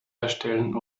erstellen